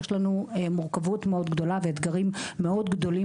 יש לנו מורכבות מאוד גדולה ואתגרים מאוד גדולים